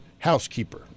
Housekeeper